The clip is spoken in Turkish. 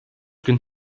gün